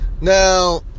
Now